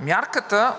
Мярката